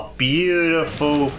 beautiful